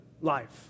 life